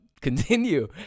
continue